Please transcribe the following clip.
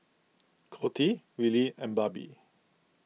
Coty Wylie and Barbie